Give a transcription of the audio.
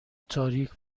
تاریک